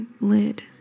lid